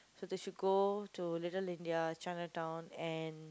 so they should go to Little-India Chinatown and